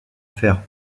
faire